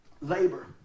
Labor